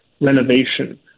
renovation